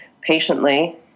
patiently